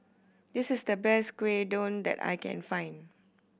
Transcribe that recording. this is the best Gyudon that I can find